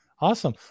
Awesome